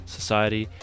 society